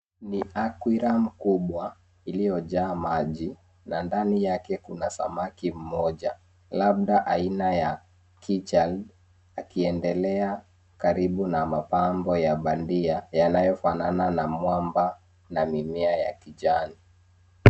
Ni [cs ] akwiram[cs ] kubwa ili jaa maji na ndani yake kuna samaki mmoja labda aina ya [cs ] keyram[cs ] akiendelea karibu na mapambo ya bandia yanayo fanana na mwamba na mimea ya kijani.